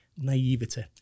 naivety